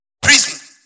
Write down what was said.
prison